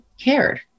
cared